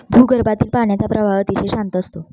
भूगर्भातील पाण्याचा प्रवाह अतिशय शांत असतो